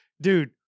Dude